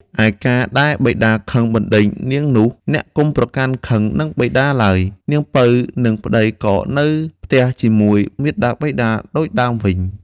ឯការណ៍ដែលបិតាខឹងបណ្ដេញនាងនោះ អ្នកកុំប្រកាន់ខឹងនឹងបិតាឡើយ នាងពៅនិងប្ដីក៏នៅផ្ទះជាមួយមាតាបិតាដូចដើមវិញ។